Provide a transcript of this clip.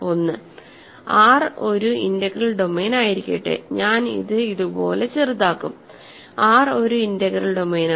ഒന്ന് R ഒരു integral ഡൊമെയ്നായിരിക്കട്ടെ ഞാൻ ഇത് ഇതുപോലെ ചെറുതാക്കും R ഒരു ഇന്റഗ്രൽ ഡൊമെയ്നാണ്